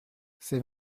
c’est